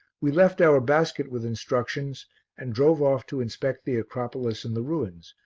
we left our basket with instructions and drove off to inspect the acropolis and the ruins,